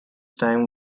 time